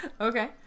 Okay